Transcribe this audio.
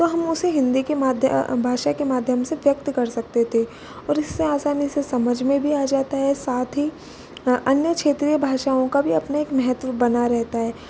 तो हम उसे हिंदी के माध्य भाषा के माध्यम से व्यक्त कर सकते थे और इससे आसानी से समझ में भी आ जाता है साथ ही अन्य क्षेत्रीय भाषाओं का भी अपने एक महत्व बना रहता है